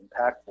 impactful